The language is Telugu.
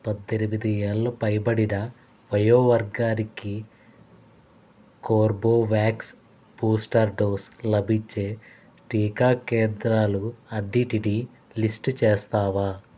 పద్దెనిమిది ఏళ్ళ పైబడిన వయో వర్గానికి కోర్బెవ్యాక్స్ బూస్టర్ డోస్ లభించే టీకా కేంద్రాలు అన్నింటినీ లిస్ట్ చేస్తావా